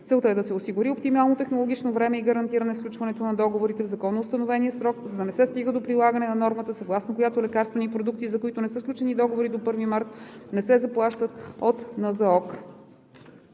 Целта е да се осигури оптимално технологично време и гарантиране сключването на договорите в законоустановен срок, за да не се стига до прилагане на нормата, съгласно която лекарствени продукти, за които не са сключени договори до 1 март, не се заплащат от